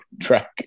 track